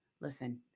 Listen